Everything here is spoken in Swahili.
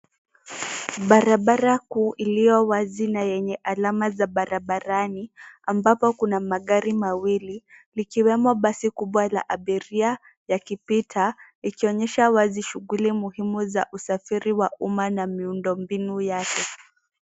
Barabara kuu iliyowazi na yenye alama za barabarani ,ambapo kuna magari mawili likiwemo basi kubwa la abiria yakipita ikionyesha wazi shughuli muhimu za usafiri wa umma na miundombinu yake.